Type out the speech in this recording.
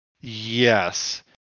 Yes